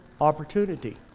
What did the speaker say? opportunity